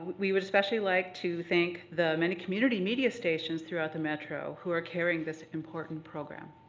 we would especially like to thank the many community media stations throughout the metro who are carrying this important program.